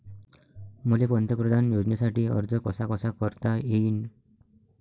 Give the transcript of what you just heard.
मले पंतप्रधान योजनेसाठी अर्ज कसा कसा करता येईन?